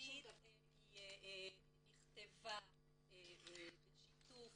התכנית נכתבה בשיתוף